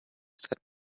said